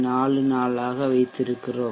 44 ஆக வைத்திருக்கிறோம்